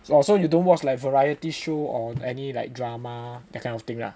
oh so you don't watch like variety show or any like drama that kind of thing lah